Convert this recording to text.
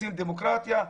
רוצים דמוקרטיה,